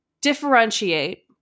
differentiate